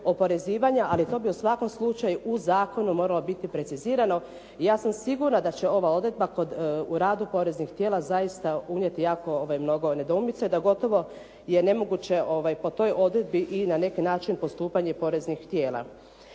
ali to bi u svakom slučaju u zakonu moralo biti precizirano. Ja sam sigurna da će ova odredba u radu poreznih tijela zaista unijeti jako mnogo nedoumica i da gotovo je nemoguće po toj odredbi i na neki način postupanje poreznih tijela.